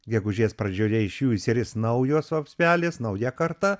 gegužės pradžioje iš jų išsiris naujos vapsvelės nauja karta